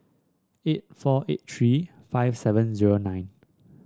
eight four eight tree five seven zero nine